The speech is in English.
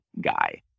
guy